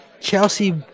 Chelsea